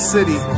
City